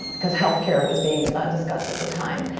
because healthcare was being discussed at the time.